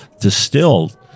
distilled